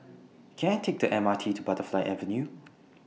Can I Take The M R T to Butterfly Avenue